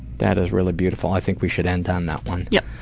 that is really beautiful. i think we should end on that one. yeah.